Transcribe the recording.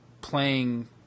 playing